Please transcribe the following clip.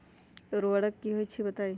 उर्वरक की होई छई बताई?